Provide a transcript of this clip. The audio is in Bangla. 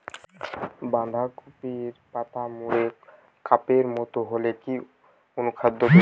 বাঁধাকপির পাতা মুড়ে কাপের মতো হলে কি অনুখাদ্য দেবো?